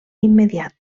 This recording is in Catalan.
immediat